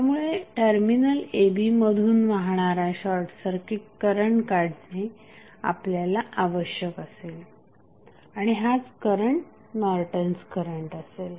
त्यामुळे terminal a b मधून वाहणारा शॉर्टसर्किट करंट काढणे आपल्याला आवश्यक असेल आणि हाच करंट नॉर्टन्स करंट असेल